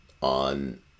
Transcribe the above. on